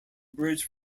bridge